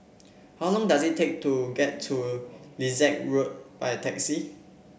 how long does it take to get to Lilac Road by taxi